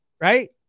right